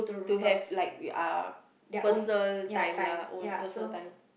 to have like ah personal time lah own personal time